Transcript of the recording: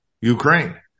Ukraine